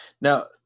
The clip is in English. now